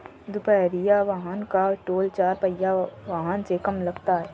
दुपहिया वाहन का टोल चार पहिया वाहन से कम लगता है